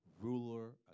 ruler